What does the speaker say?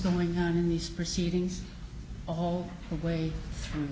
going on in these proceedings all the way through